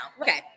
okay